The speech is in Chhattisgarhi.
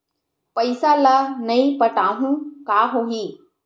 पईसा ल नई पटाहूँ का होही?